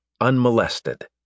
unmolested